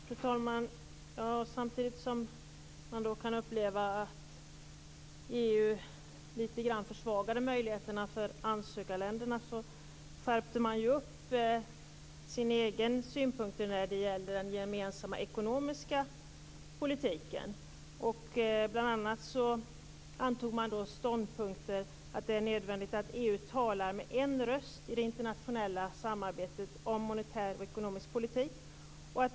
Fru talman! Samtidigt som man kan uppleva att möjligheterna för ansökarländerna försvagades skärpte man ju upp sina egna synpunkter när det gäller den gemensamma ekonomiska politiken. Man intog bl.a. ståndpunkten att det är nödvändigt att EU talar med en röst i det internationella samarbetet om monetär och ekonomisk politik.